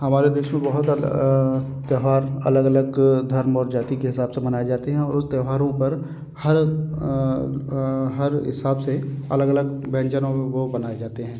हमारे देश में बहुत ज़्यादा त्यौहार अलग अलग धर्म और जाति के हिसाब से मनाए जाते हैं और उस त्यौहारों पर हर हर हिसाब से अलग अलग व्यंजनों को बनाए जाते हैं